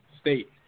state